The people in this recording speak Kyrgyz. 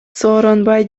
сооронбай